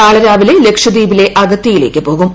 നാളെ രാവിലെ ലക്ഷദ്വീപിലെ അഗത്തിയിലേക്ക് പോകും